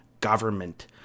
government